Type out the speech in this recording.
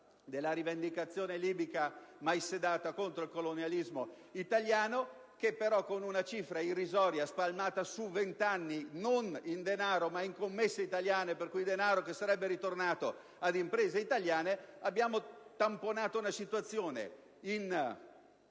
della rivendicazione libica mai sedata contro il colonialismo italiano, che però con una cifra irrisoria spalmata su vent'anni, non in denaro ma in commesse italiane (pertanto, denaro che sarebbe ritornato ad imprese italiane) abbiamo tamponato una situazione, in